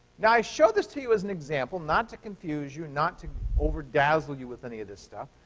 now, i show this to you as an example, not to confuse you, not to over-dazzle you with any of this stuff,